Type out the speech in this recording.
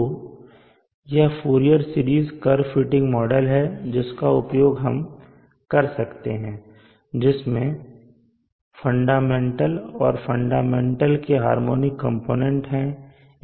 तो यह Fourier series curve fitting model है जिसका उपयोग हम कर सकते हैं जिसमें फंडामेंटल और फंडामेंटल के हार्मोनिक कंपोनेंट है